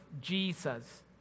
jesus